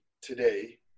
today